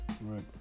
Right